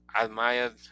admired